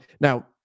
Now